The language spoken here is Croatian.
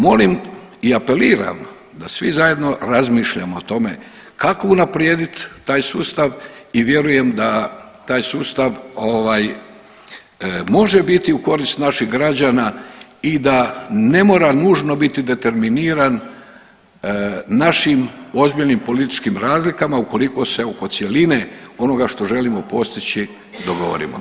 Molim i apeliram da svi zajedno razmišljamo o tome kako unaprijediti taj sustav i vjerujem da taj sustav ovaj može biti u korist naših građana i da ne mora nužno biti determiniran našim ozbiljnim političkim razlikama ukoliko se oko cjeline onoga što želimo postići dogovorimo.